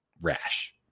rash